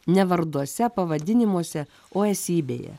ne varduose pavadinimuose o esybėje